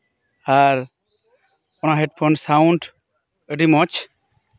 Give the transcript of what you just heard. ᱟᱨ ᱚᱱᱟ headphone sound ᱟᱹᱰᱤ ᱢᱚᱸᱡᱽ